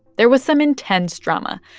there was some intense drama.